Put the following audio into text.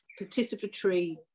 participatory